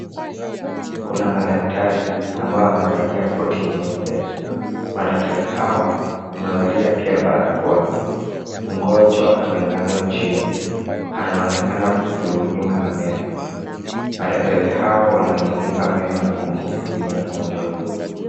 Kuna madaktari ambao wamevalia koti nyeupe. Madaktari hawa wamevalia pia barakoa. Mgonjwa amelazwa chini, anaonekana kudhulumiwa na meno. Madaktari hawa wanammulika meno na kumhudumia mgonjwa huyo.